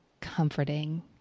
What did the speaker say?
comforting